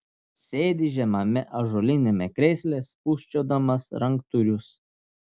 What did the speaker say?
sėdi žemame ąžuoliniame krėsle spūsčiodamas ranktūrius